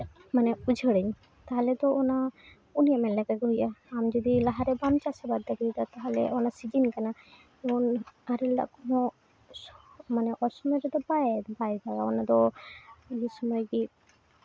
ᱢᱟᱱᱮ ᱩᱪᱟᱹᱲᱟᱹᱧ ᱛᱟᱦᱚᱞᱮ ᱫᱚ ᱚᱱᱟ ᱩᱱᱤ ᱢᱮᱱ ᱞᱮᱠᱟᱜᱮ ᱦᱩᱭᱩᱜᱼᱟ ᱟᱢ ᱡᱩᱫᱤ ᱞᱟᱦᱟᱨᱮ ᱵᱟᱢ ᱪᱟᱥ ᱟᱵᱟᱫ ᱫᱟᱲᱮᱭᱟᱫᱟ ᱛᱟᱦᱚᱞᱮ ᱚᱱᱟ ᱥᱤᱡᱤᱱ ᱠᱟᱱᱟ ᱡᱮᱢᱚᱱ ᱢᱟᱢᱮ ᱟᱨᱮᱞ ᱫᱟᱜ ᱠᱚᱦᱚᱸ ᱢᱟᱱᱮ ᱚᱥᱚᱢᱟᱹᱭ ᱨᱮᱫᱚ ᱵᱟᱭ ᱵᱟᱭ ᱫᱟᱜᱟ ᱚᱱᱟᱫᱚ ᱤᱭᱟᱹ ᱥᱚᱢᱚᱭ ᱜᱮ